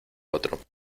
otro